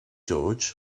george